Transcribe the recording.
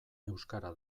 euskara